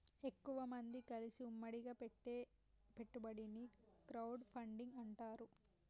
ఎక్కువమంది కలిసి ఉమ్మడిగా పెట్టే పెట్టుబడిని క్రౌడ్ ఫండింగ్ అంటారు